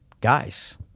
Guys